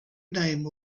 name